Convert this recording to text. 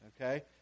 okay